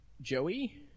joey